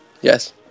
Yes